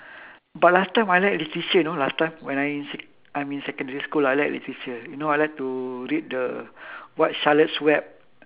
but last time I like literature you know last time when I in sec I'm in secondary school I like literature you know I like to read the what charlotte's web